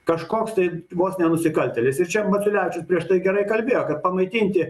kažkoks tai vos ne nusikaltėlisir čia maciulevičius prieš tai gerai kalbėjo kad pamaitinti